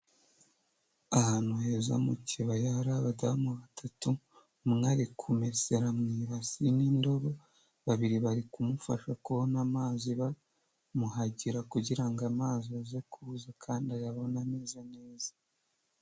Ahantu heza mu kibaya hari abadamu batatu, umwe ari kumesera mu ibasi n'indobo, babiri bari kumufasha kubona amazi, bamuhagira kugira ngo amazi aze kuza kandi ayabone ameze neza.